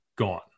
gone